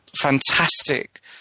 fantastic